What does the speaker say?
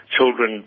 children